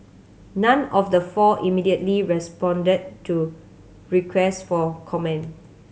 none of the four immediately responded to request for comment